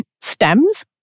stems